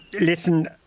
listen